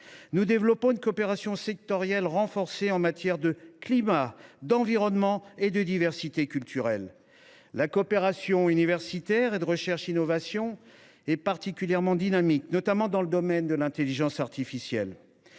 Nous développons une coopération sectorielle renforcée en matière de climat, d’environnement et de diversité culturelle. La coopération universitaire et en matière de recherche innovation est particulièrement dynamique, notamment dans le domaine de l’intelligence artificielle.